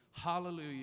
Hallelujah